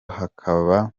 hakaba